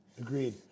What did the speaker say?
Agreed